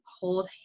hold